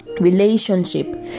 relationship